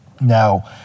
now